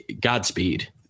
Godspeed